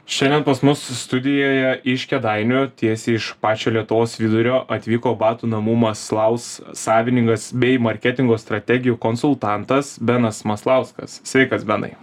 šiandien pas mus studijoje iš kėdainių tiesiai iš pačio lietuvos vidurio atvyko batų namų maslaus savininkas bei marketingo strategijų konsultantas benas maslauskas sveikas benai